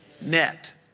net